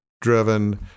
driven